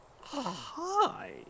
Hi